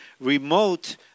remote